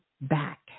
back